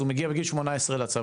הוא מגיע בגיל 18 לצבא,